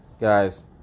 Guys